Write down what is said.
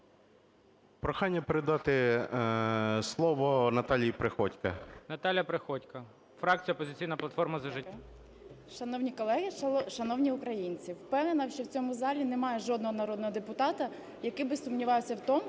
Прохання передати слово Наталії Приходько. ГОЛОВУЮЧИЙ. Наталія Приходько, фракція "Опозиційна платформа - За життя". 18:30:31 ПРИХОДЬКО Н.І. Шановні колеги, шановні українці, впевнена, що в цьому залі немає жодного народного депутата, який би сумнівався в тому,